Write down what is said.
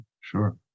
Sure